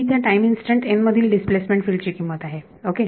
ही त्या time instant n मधील displacement field ची किंमत आहे ओके